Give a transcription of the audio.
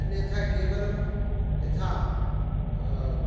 अन्यथा केवलं यथा